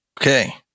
Okay